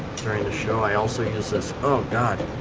during the show. i also use this. oh god,